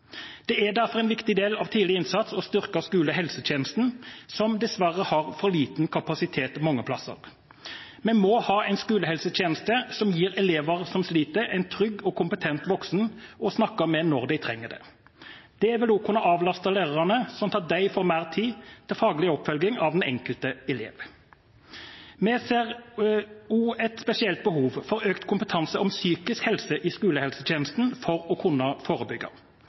Det er derfor en viktig del av tidlig innsats å styrke skolehelsetjenesten, som dessverre har for liten kapasitet mange plasser. Vi må ha en skolehelsetjeneste som gir elever som sliter, en trygg og kompetent voksen å snakke med når de trenger det. Det vil også kunne avlaste lærerne, slik at de får mer tid til faglig oppfølging av den enkelte elev. Vi ser også et spesielt behov for økt kompetanse om psykisk helse i skolehelsetjenesten for å kunne forebygge.